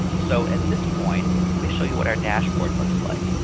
so at this point, let we show you what our dashboard looks like.